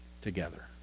together